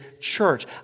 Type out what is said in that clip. church